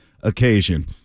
occasion